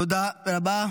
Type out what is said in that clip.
תודה רבה.